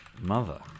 mother